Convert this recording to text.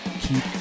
keep